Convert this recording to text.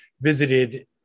visited